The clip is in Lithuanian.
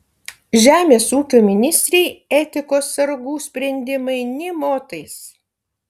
žemės ūkio ministrei etikos sargų sprendimai nė motais